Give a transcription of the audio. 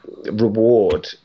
reward